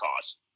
cause